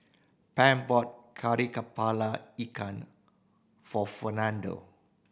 Pam bought Kari Kepala Ikan for Fernando